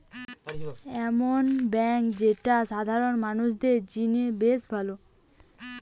এমন বেঙ্ক যেটা সাধারণ মানুষদের জিনে বেশ ভালো